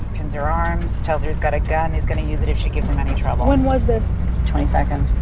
kinzer um tells her he's got a gun he's gonna use it if she gives him any trouble. and was this twenty seconds.